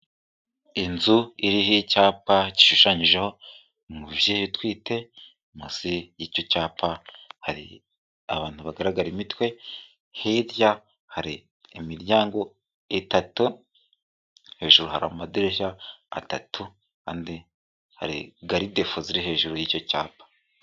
Inzu iriho cyapa gishushanyijeho umubyeyi utwite, munsi y'icyo cyapa hari abantu bagaragara imitwe, hirya hari imiryango itatu, hejuru hari amadirishya atatu, andi hari garidefo ziri hejuru y'icyo cyapa.